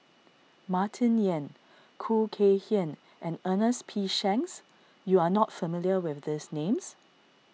Martin Yan Khoo Kay Hian and Ernest P Shanks you are not familiar with these names